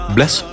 Bless